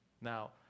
Now